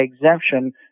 exemption